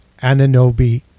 Ananobi